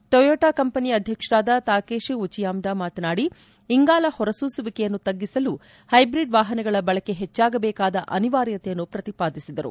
Toyota ಕಂಪನಿಯ ಅಧ್ಯಕ್ಷರಾದ Takeshi Uchiyamada ಮಾತನಾಡಿ ಇಂಗಾಲ ಹೊರಸೂಸುವಿಕೆಯನ್ನು ತಗ್ಗಿಸಲು ಹೈಬ್ರಿಡ್ ವಾಹನಗಳ ಬಳಕೆ ಹೆಚ್ಚಾಗಬೇಕಾದ ಅನಿವಾರ್ಯತೆಯನ್ನು ಪ್ರತಿಪಾದಿಸಿದರು